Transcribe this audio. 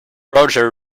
roger